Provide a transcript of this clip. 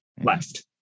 left